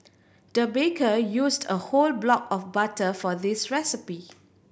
the baker used a whole block of butter for this recipe